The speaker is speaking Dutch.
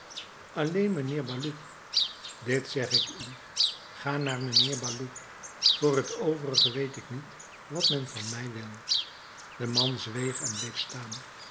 alleen mijnheer baloup dit zeg ik u ga naar mijnheer baloup voor t overige weet ik niet wat men van mij wil de man zweeg en bleef staan